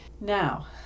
Now